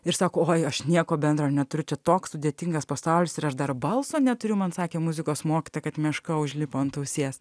ir sako oi aš nieko bendro neturiu čia toks sudėtingas pasaulis ir aš dar balso neturiu man sakė muzikos mokytoja kad meška užlipo ant ausies